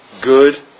good